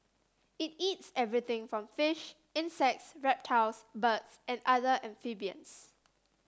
it eats everything from fish insects reptiles birds and other amphibians